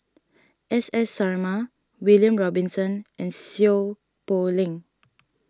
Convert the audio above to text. S S Sarma William Robinson and Seow Poh Leng